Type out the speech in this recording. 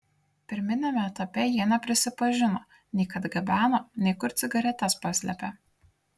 pirminiame etape jie neprisipažino nei kad gabeno nei kur cigaretes paslėpė